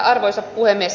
arvoisa puhemies